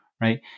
right